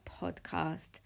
podcast